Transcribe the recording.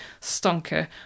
stonker